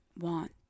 want